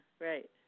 right